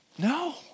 No